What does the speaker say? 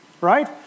right